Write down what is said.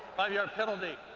five yard penalty.